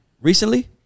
Recently